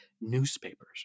newspapers